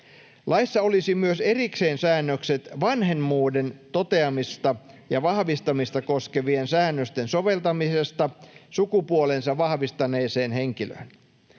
Laissa olisi myös erikseen säännökset vanhemmuuden toteamista ja vahvistamista koskevien säännösten soveltamisesta sukupuolensa vahvistaneeseen henkilöön.